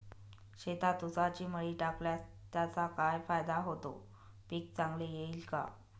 शेतात ऊसाची मळी टाकल्यास त्याचा काय फायदा होतो, पीक चांगले येईल का?